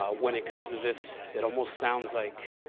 ah when it comes to this. it almost sounds like